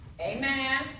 Amen